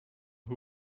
who